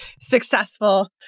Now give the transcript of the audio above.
successful